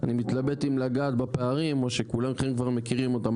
אני מתלבט אם לגעת בפערים או שכולכם כבר מכירים אותם.